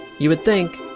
you would think,